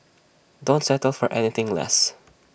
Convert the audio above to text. don't settle for anything less